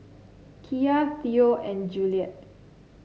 Kiya Theo and Juliette